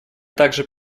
также